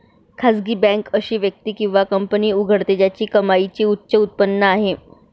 खासगी बँक अशी व्यक्ती किंवा कंपनी उघडते ज्याची कमाईची उच्च उत्पन्न आहे